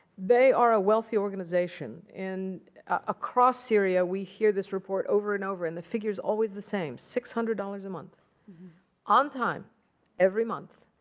they are a wealthy organization. and across syria, we hear this report over and over, and the figure is always the same six hundred dollars a month on time every month.